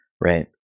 right